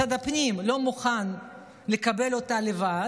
משרד הפנים לא מוכן לקבל אותה לבד,